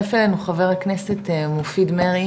הצטרף אלינו חבר הכנסת מופיד מרעי